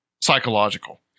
psychological